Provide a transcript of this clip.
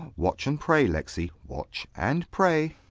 watch and pray, lexy watch and pray.